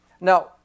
Now